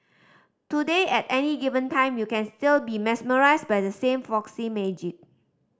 today at any given time you can still be mesmerised by the same folksy magic